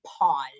pause